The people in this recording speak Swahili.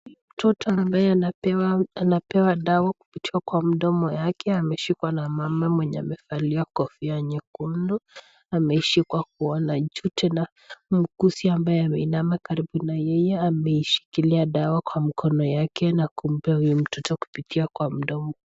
Mtoto ambaye anapewa dawa kupitia kwa mdomo yake, ameshikwa na mama mwenye amevalia kofia nyekundu, ameshikwa kuona juu, tena muuguzi ambaye ameinama karibu na yeye ameshikilia dawa kwa mkono yake na kumpea huyu mtoto kupitia kwa mdomo.